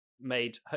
made